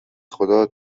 خدا